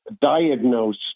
diagnose